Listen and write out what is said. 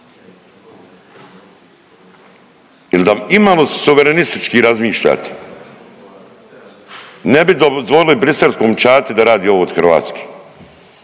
Jer da i malo suverenistički razmišljate ne bi dozvolili briselskom čati da radi ovo od Hrvatske,